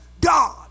God